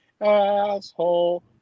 asshole